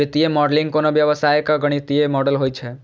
वित्तीय मॉडलिंग कोनो व्यवसायक गणितीय मॉडल होइ छै